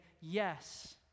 yes